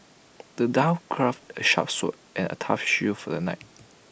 the dwarf crafted A sharp sword and A tough shield for the knight